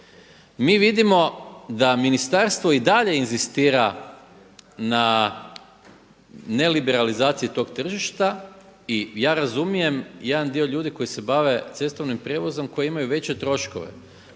Mi vidimo da ministarstvo i dalje inzistira na neliberalizaciji tog tržišta. I ja razumijem jedan dio ljudi koji se bave cestovnim prijevozom koji imaju veće troškove,